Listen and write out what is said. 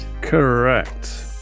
Correct